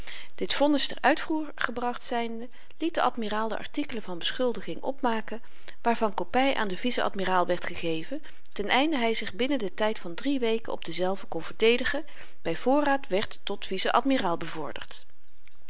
dit vonnis ter uitvoer gebragt zynde liet de admiraal de artikelen van beschuldiging opmaken waarvan kopy aan den vice-admiraal werd gegeven ten einde hy zich binnen den tyd van drie weken op dezelve kon verdedigen by voorraad werd tot vice-admiraal bevorderd